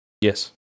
yes